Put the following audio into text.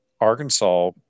Arkansas